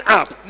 up